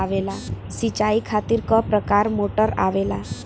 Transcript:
सिचाई खातीर क प्रकार मोटर आवेला?